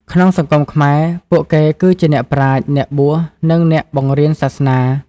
ក្នុងសង្គមខ្មែរ ពួកគេគឺជាអ្នកប្រាជ្ញ អ្នកបួស និងអ្នកបង្រៀនសាសនា។